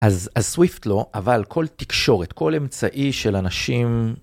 אז סוויפט לא אבל כל תקשורת כל אמצעי של אנשים.